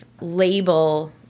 label